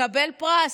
לקבל פרס.